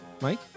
Mike